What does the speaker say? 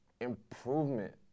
improvement